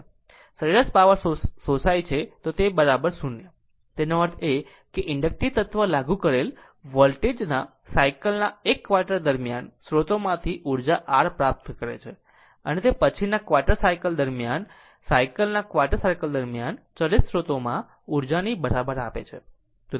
સરેરાશ પાવર શોષાય છે 0 તેનો અર્થ એ કે ઇન્ડકટીવ તત્વ લાગુ કરેલ વોલ્ટેજ ના સાયકલ ના 1 ક્વાર્ટર દરમિયાન સ્ત્રોતોમાંથી ઉર્જા r પ્રાપ્ત કરે છે અને તે પછીના ક્વાર્ટર દરમિયાન સાયકલ ના ક્વાર્ટર દરમિયાન ચલિત સ્ત્રોતોમાં ઉર્જાની બરાબર આપે છે